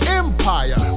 empire